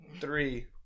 Three